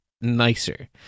Nicer